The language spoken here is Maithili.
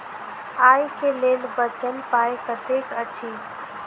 आइ केँ लेल बचल पाय कतेक अछि?